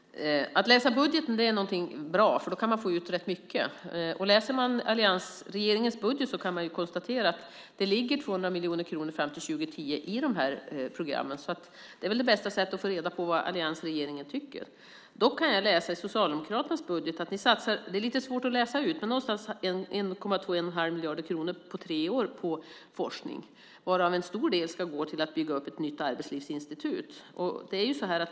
Att läsa budgeten är någonting bra, för då kan man få ut rätt mycket. Om man läser alliansregeringens budget kan man konstatera att fram till år 2010 ligger 200 miljoner kronor i de här programmen. Det är väl bästa sättet att få reda på vad alliansregeringen tycker. I Socialdemokraternas budget kan jag läsa - det är lite svårt att utläsa detta - att ni under tre år satsar 1,2-1,5 miljarder kronor på forskning, varav en stor del ska gå till att bygga upp ett nytt arbetslivsinstitut.